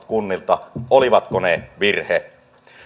kunnilta virhe